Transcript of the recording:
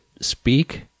speak